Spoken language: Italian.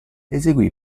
eseguì